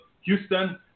Houston